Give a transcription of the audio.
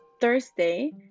Thursday